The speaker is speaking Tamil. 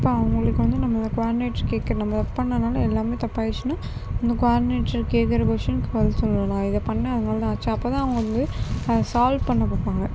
அப்போது அவங்களுக்கு வந்து நம்ம ஒரு குவாடினேட்டர் கேட்கற நம்ம ஒர்க் பண்ணனால எல்லாமே தப்பாயிருச்சுனால் அந்தக் குவாடினேட்டர் கேட்கற கொஸ்டினுக்கு பதில் சொல்லணும் நான் இதை பண்ணிணேன் அதனால்தான் ஆச்சு அப்போதான் அவங்க வந்து அதை சால்வ் பண்ண பார்ப்பாங்க